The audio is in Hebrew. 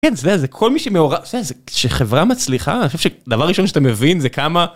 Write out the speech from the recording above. כן, זה זה, כל מי שמעורב... זה זה, כשחברה מצליחה, אני חושב שדבר ראשון שאתה מבין זה כמה...